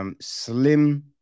Slim